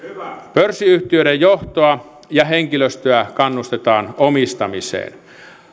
pörssiyhtiöiden johtoa ja henkilöstöä kannustetaan omistamiseen